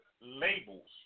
Labels